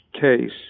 case